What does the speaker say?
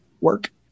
work